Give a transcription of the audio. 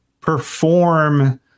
perform